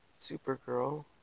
Supergirl